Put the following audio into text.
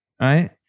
Right